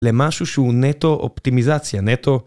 למשהו שהוא נטו-אופטימיזציה נטו